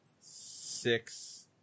six